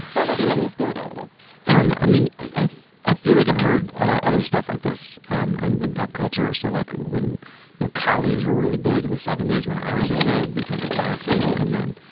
those will be my new spirit animal um i mean i i feel like i've heard ah other stuff like this um and in pop culture, so like when you know collies were really big in the seventies when i was a kid, because of lassie and then